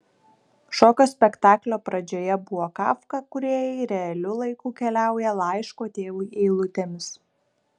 šokio spektaklio pradžioje buvo kafka kūrėjai realiu laiku keliauja laiško tėvui eilutėmis